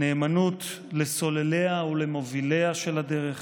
נאמנות לסולליה ולמוביליה של הדרך.